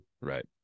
Right